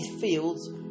fields